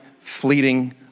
fleeting